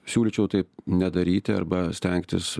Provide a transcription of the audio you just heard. siūlyčiau taip nedaryti arba stengtis